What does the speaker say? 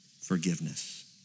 Forgiveness